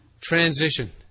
transition